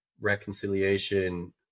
reconciliation